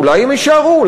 ואולי הן יישארו,